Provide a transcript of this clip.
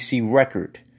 record